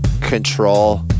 control